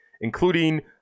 including